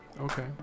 okay